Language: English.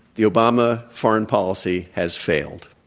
the obama foreign policy has failed.